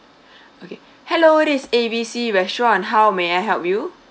okay hello this is A B C restaurant how may I help you